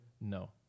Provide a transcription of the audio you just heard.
No